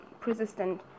persistent